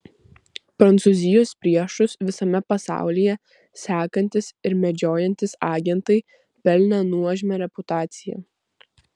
prancūzijos priešus visame pasaulyje sekantys ir medžiojantys agentai pelnė nuožmią reputaciją